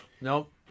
Nope